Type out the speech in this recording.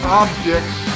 objects